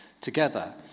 together